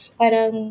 parang